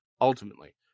ultimately